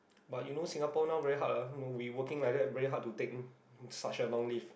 but you know Singapore now very hard ah we working like that very hard to take such a long leave